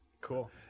Cool